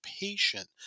patient